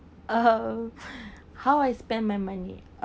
oh how I spend my money